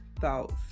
thoughts